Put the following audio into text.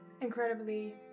incredibly